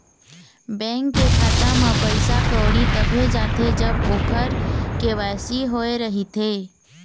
bank के खाता म पइसा कउड़ी तभे जाथे जब ओखर के.वाई.सी होए रहिथे